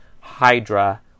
Hydra